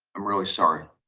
i'm really sorry,